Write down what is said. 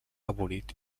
abolit